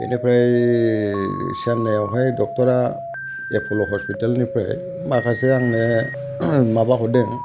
बेनिफ्राय चेन्नाइयावहाय डक्ट'रा एपल' हस्पिटालनिफ्राय माखासे आंनो माबा हरदों